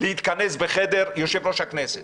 להתכנס ב-8:00 בבוקר בחדר יושב-ראש הכנסת